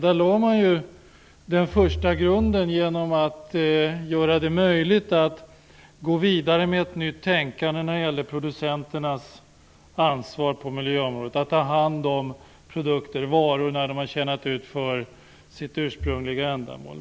Där lade man den första grunden genom att göra det möjligt att gå vidare med ett nytt tänkande när det gäller producenternas ansvar på miljöområdet, att ta hand om produkter, varor när de tjänat ut sitt ursprungliga ändamål.